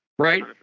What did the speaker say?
Right